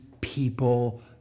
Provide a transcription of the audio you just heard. people